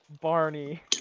Barney